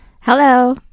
Hello